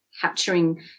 capturing